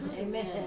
Amen